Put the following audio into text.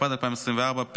התשפ"ד 2024,